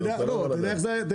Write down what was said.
אתה לא יכול לדעת.